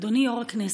אדוני יו"ר הכנסת,